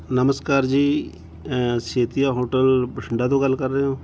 ਨਮਸਕਾਰ ਜੀ ਛੇਤੀਆ ਹੋਟਲ ਬਠਿੰਡਾ ਤੋਂ ਗੱਲ ਕਰ ਰਹੇ ਹੋ